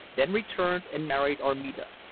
then returned and married armida.